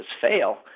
fail